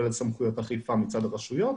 כולל סמכויות אכיפה מצד הרשויות.